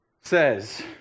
says